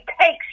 takes